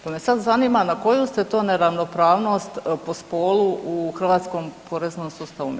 Pa me sad zanima na koju ste to neravnopravnost po spolu u hrvatskom poreznom sustavu mislili.